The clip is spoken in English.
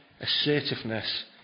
assertiveness